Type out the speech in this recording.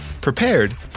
prepared